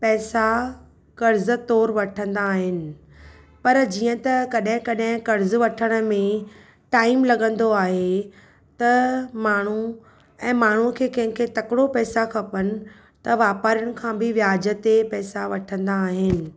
पैसा कर्ज़ तौर वठंदा आहिनि पर जीअं त कॾहिं कॾहिं कर्ज़ वठण में टाइम लॻंदो आहे त माण्हू ऐं माण्हूअ खे कंहिं खे तकिड़ो पैसा खपनि त वापारियुनि खां बि व्याज ते पैसा वठंदा आहिनि